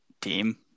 team